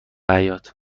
حیاط